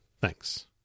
Thanks